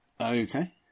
Okay